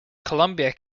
columbia